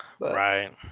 Right